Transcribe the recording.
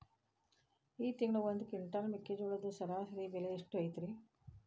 ಈ ತಿಂಗಳ ಒಂದು ಕ್ವಿಂಟಾಲ್ ಮೆಕ್ಕೆಜೋಳದ ಸರಾಸರಿ ಬೆಲೆ ಎಷ್ಟು ಐತರೇ?